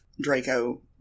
Draco